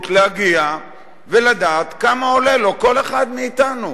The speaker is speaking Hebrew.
להגיע ולדעת כמה עולה לו כל אחד מאתנו,